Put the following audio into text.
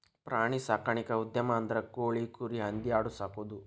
ಪ್ರಾಣಿ ಸಾಕಾಣಿಕಾ ಉದ್ಯಮ ಅಂದ್ರ ಕೋಳಿ, ಕುರಿ, ಹಂದಿ ಆಡು ಸಾಕುದು